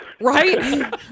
Right